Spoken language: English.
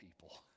people